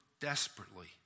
desperately